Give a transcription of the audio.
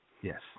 Yes